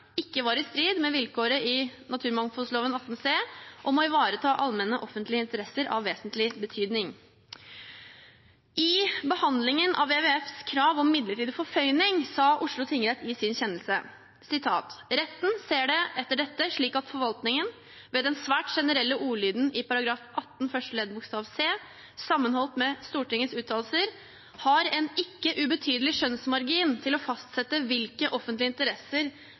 ikke var i strid med vilkåret i naturmangfoldloven § 18 c om å ivareta allmenne offentlige interesser av vesentlig betydning. I behandlingen av WWFs krav om midlertidig forføyning sa Oslo tingrett i sin kjennelse: «Retten ser det etter dette slik at forvaltningen, ved den svært generelle ordlyden i § 18 første ledd bokstav c, sammenholdt med Stortingets uttalelser, har en ikke ubetydelig skjønnsmargin til å fastsette hvilke offentlige interesser